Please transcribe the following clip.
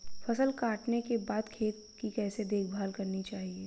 फसल काटने के बाद खेत की कैसे देखभाल करनी चाहिए?